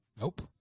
Nope